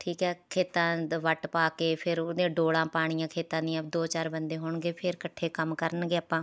ਠੀਕ ਹੈ ਖੇਤਾਂ ਦਾ ਵੱਟ ਪਾ ਕੇ ਫਿਰ ਉਹ ਦੀਆਂ ਡੋਲਾ ਪਾਉਣੀਆਂ ਖੇਤਾਂ ਦੀਆਂ ਦੋ ਚਾਰ ਬੰਦੇ ਹੋਣਗੇ ਫਿਰ ਇਕੱਠੇ ਕੰਮ ਕਰਨਗੇ ਆਪਾਂ